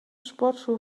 sportschuhe